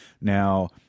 Now